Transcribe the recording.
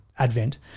Advent